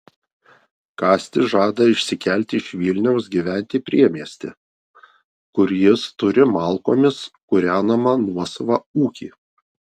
kastis žada išsikelti iš vilniaus gyventi į priemiestį kur jis turi malkomis kūrenamą nuosavą ūkį